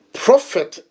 prophet